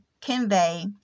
convey